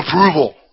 approval